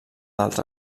dels